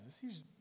Jesus